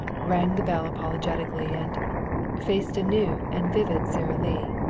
rang the bell apologetically, and faced a new and vivid sara lee,